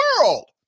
world